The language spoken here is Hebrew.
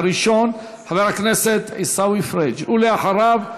הראשון, חבר הכנסת עיסאווי פריג', ולאחריו,